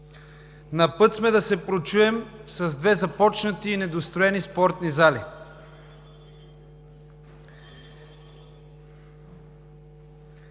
На път сме да се прочуем с две започнати и недостроени спортни зали.